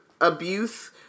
abuse